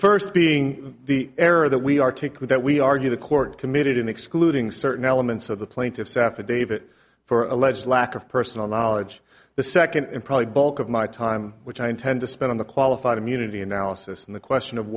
first being the error that we articulate that we argue the court committed in excluding certain elements of the plaintiff's affidavit for alleged lack of personal knowledge the second and probably bulk of my time which i intend to spend on the qualified immunity analysis and the question of